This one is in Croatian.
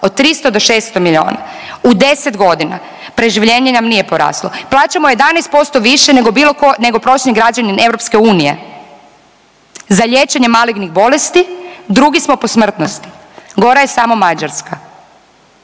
od 300 do 600 miliona u 10 godina preživljenje nam nije poraslo. Plaćamo 11% više nego bilo tko, nego prosječan građanin EU za liječenje malignih bolesti, drugi smo po smrtnosti. Gora je samo Mađarska.